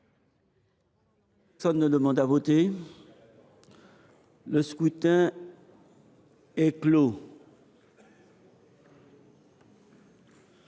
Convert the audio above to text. Personne ne demande plus à voter ?… Le scrutin est clos.